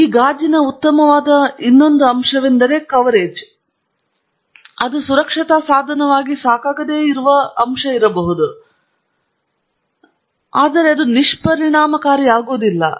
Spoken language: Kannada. ಆದ್ದರಿಂದ ಈ ಗಾಜಿನು ಉತ್ತಮವಾಗದ ಒಂದು ಅಂಶವೆಂದರೆ ಇದು ಒದಗಿಸುವ ಕವರೇಜ್ ಆದರೆ ಇದು ಒಂದು ಸುರಕ್ಷತಾ ಸಾಧನವಾಗಿ ಸಾಕಾಗದೇ ಇರುವ ಇನ್ನೊಂದು ಅಂಶವಿದೆ ಮತ್ತು ಅದು ನಿಷ್ಪರಿಣಾಮಕಾರಿಯಾಗುವುದಿಲ್ಲ